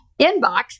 inbox